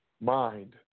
mind